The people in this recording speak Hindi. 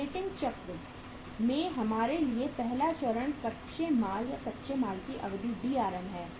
ऑपरेटिंग चक्र में हमारे लिए पहला चरण कच्चे माल या कच्चे माल की अवधि DRM है